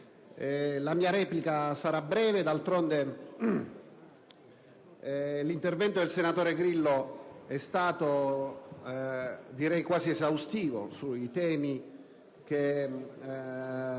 La mia replica sarà breve. D'altronde, l'intervento del senatore Grillo è stato quasi esaustivo sui temi che